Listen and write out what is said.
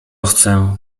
chcę